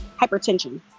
Hypertension